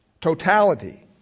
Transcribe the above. Totality